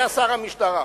היה שר המשטרה.